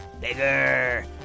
bigger